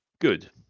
Good